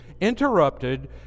interrupted